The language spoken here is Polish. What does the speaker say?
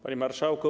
Panie Marszałku!